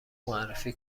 معرفی